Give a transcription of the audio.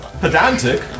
Pedantic